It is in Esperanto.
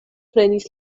prenis